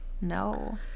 no